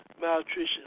malnutrition